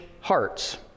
hearts